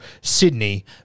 Sydney